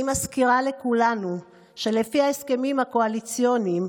אני מזכירה לכולנו שלפי ההסכמים הקואליציוניים,